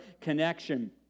connection